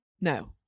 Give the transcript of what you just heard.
No